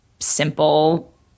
simple